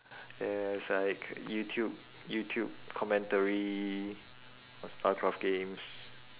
there's like youtube youtube commentary for starcraft games